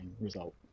result